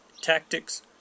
tactics